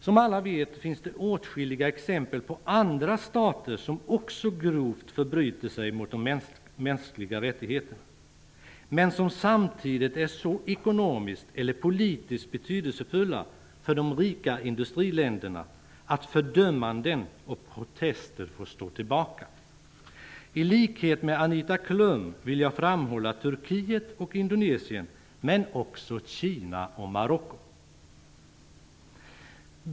Som alla vet finns det åtskilliga exempel på andra stater som också grovt förbryter sig mot de mänskliga rättigheterna, men som samtidigt är så ekonomiskt eller politiskt betydelsefulla för de rika industriländerna att fördömanden och protester får stå tillbaka. I likhet med Anita Klum vill jag framhålla Turkiet och Indonesien, men också Kina och Marocko.